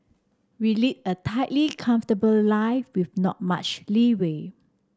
we lead a tightly comfortable life with not much leeway